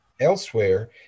elsewhere